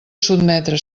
sotmetre